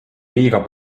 liiga